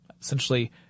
essentially